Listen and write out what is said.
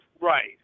Right